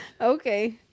Okay